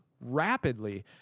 rapidly